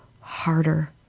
harder